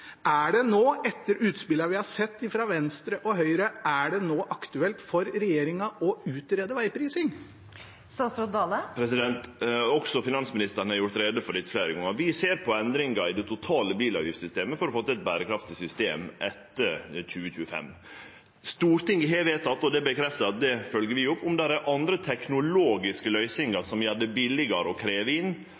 Er det nå, etter utspillene vi har sett fra Venstre og Høyre, aktuelt for regjeringen å utrede vegprising? Også finansministeren har gjort greie for dette fleire gongar. Vi ser på endringar i det totale bilavgiftssystemet for å få til eit berekraftig system etter 2025. Stortinget har gjort eit vedtak – og eg bekreftar at det følgjer vi opp. Om det er andre teknologiske løysingar som gjer det billigare å krevje inn